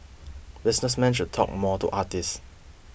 businessmen should talk more to artists